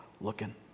looking